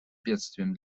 бедствием